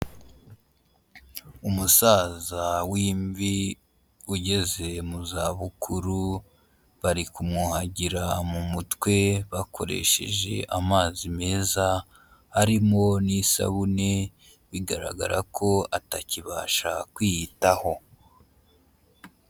Umusaza w'imvi ugeze mu zabukuru, bari kumwuhagira mu mutwe bakoresheje amazi meza arimo n'isabune, bigaragara ko atakibasha kwiyitaho.